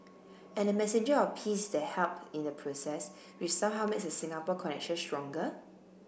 and the messenger of peace that help in the process which somehow makes the Singapore connection stronger